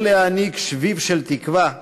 לא להעניק שביב של תקווה,